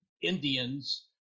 Indians